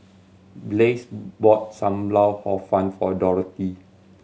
Blaise bought Sam Lau Hor Fun for Dorathy